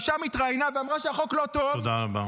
משם התראיינה ואמרה שהחוק לא טוב -- תודה רבה.